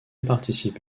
participe